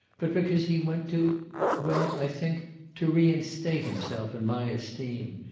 but because he went to well, i think to reinstate himself in my esteem,